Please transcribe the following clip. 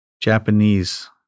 Japanese